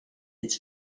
its